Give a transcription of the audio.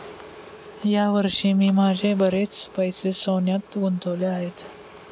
या वर्षी मी माझे बरेच पैसे सोन्यात गुंतवले आहेत